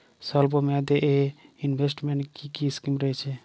স্বল্পমেয়াদে এ ইনভেস্টমেন্ট কি কী স্কীম রয়েছে?